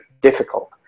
difficult